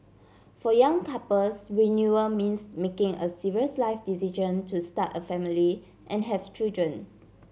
for young couples renewal means making a serious life decision to start a family and have children